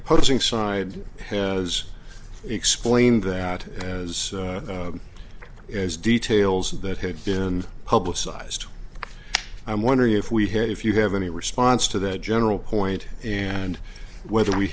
opposing side has explained that as as details of that had been publicized i'm wondering if we had if you have any response to that general point and whether we